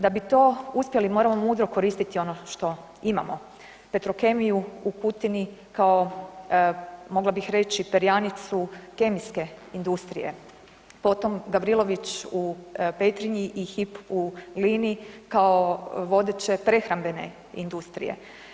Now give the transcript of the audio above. Da bi to uspjeli moramo mudro koristiti ono što imamo Petrokemiju u Kutini kao mogla bih reći perjanicu kemijske industrije, potom Gavrilović u Petrinji i HIP u Glini kao vodeće prehrambene industrije.